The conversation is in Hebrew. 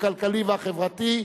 הכלכלי והחברתי.